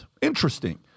Interesting